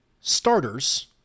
starters